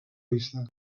vista